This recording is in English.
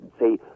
say